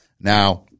Now